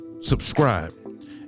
subscribe